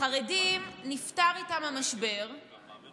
נפתר המשבר עם החרדים,